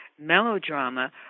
melodrama